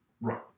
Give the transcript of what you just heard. right